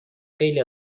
خیلی